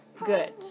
Good